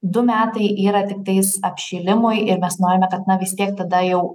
du metai yra tiktais apšilimui ir mes norime kad na vis tiek tada jau